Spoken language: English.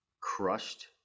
crushed